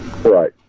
right